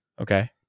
Okay